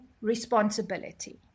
responsibility